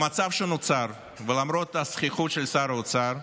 במצב שנוצר, ולמרות הזחיחות של שר האוצר,